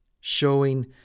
showing